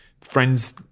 friends